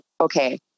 Okay